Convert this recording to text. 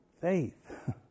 faith